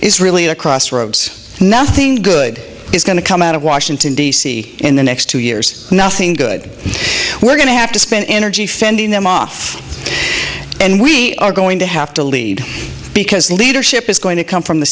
is really a crossroads nothing good is going to come out of washington d c in the next two years nothing good we're going to have to spend energy fending them off and we are going to have to lead because leadership is going to come from the